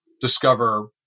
discover